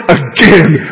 again